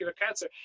cancer